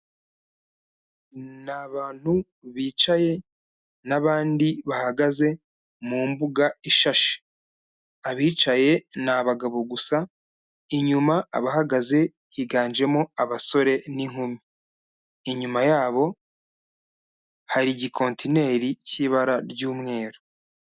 Ni abantu bicaye n'abandi bahagaze mu mbuga ishashe. Abicaye ni abagabo gusa, inyuma abahagaze higanjemo abasore n'inkumi. Inyuma yabo hari igikontineri cy'ibara ry'umweru.